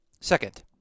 Second